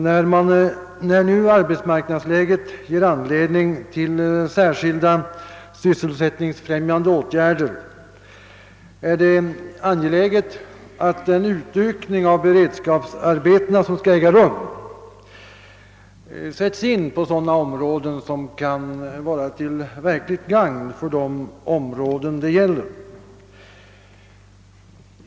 När nu arbetsmarknadsläget ger anledning till särskilda sysselsättningsfrämjande åtgärder, är det angeläget att den utökning av beredskapsarbetena, som skall äga rum, sätts in på ett sådant sätt att den blir till verkligt gagn för de områden det gäller.